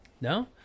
No